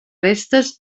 restes